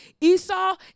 esau